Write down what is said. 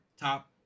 top